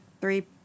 three